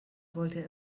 wollte